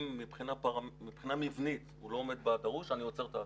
אם מבחינה מבנית הוא לא עומד בדרוש אני עוצר את האתר.